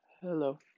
Hello